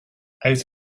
out